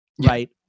right